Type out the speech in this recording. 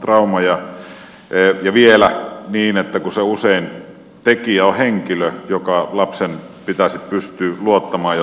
trauma ja vielä niin että usein se tekijä on henkilö johon lapsen pitäisi pystyä luottamaan ja turvautumaan